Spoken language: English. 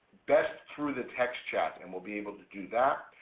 best through the text chat and we'll be able to do that.